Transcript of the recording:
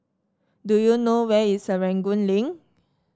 do you know where is Serangoon Link